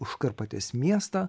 užkarpatės miestą